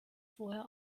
vorher